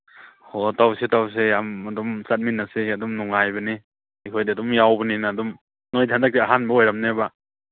ꯍꯣ ꯇꯧꯁꯦ ꯇꯧꯁꯦ ꯌꯥꯝ ꯑꯗꯨꯝ ꯆꯠꯃꯤꯟꯅꯁꯦ ꯑꯗꯨꯝ ꯅꯨꯡꯉꯥꯏꯕꯅꯤ ꯑꯩꯈꯣꯏꯗꯤ ꯑꯗꯨꯝ ꯌꯥꯎꯕꯅꯤꯅ ꯑꯗꯨꯝ ꯅꯣꯏꯗꯤ ꯍꯟꯗꯛꯁꯤ ꯑꯍꯥꯟꯕ ꯑꯣꯏꯔꯝꯅꯤꯕ